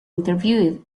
interviewed